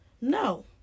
No